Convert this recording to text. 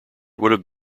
would